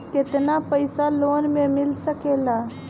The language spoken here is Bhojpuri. केतना पाइसा लोन में मिल सकेला?